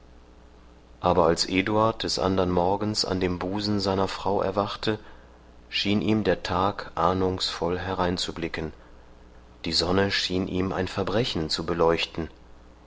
aber als eduard des andern morgens an dem busen seiner frau erwachte schien ihm der tag ahnungsvoll hereinzublicken die sonne schien ihm ein verbrechen zu beleuchten